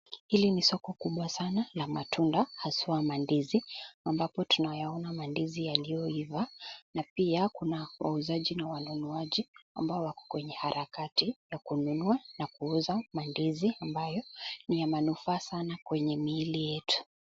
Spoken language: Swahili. Hili ni soko kubwa sana la matunda haswa mandizi ambapo tunayaona mandizi yaliyoiva na pia kuna wauzaji na wanunuaji ambao wako kwenye harakati ya kununua na kuuza mandizi ambayo ni ya manufaa sana kwenye miili yetu